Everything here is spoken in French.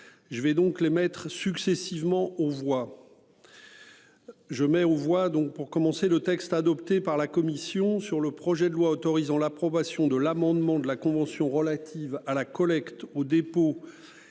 Je vais donc les maîtres successivement aux voix. Je mets aux voix donc pour commencer le texte adopté par la commission sur le projet de loi autorisant l'approbation de l'amendement de la Convention relative à la collecte au dépôt.